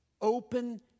open